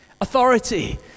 Authority